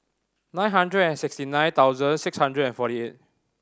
nine hundred and sixty nine thousand six hundred and forty eight